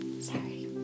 Sorry